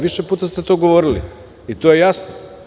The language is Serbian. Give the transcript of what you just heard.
Više puta ste to govorili i to je jasno.